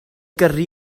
gyrru